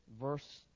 verse